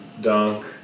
dunk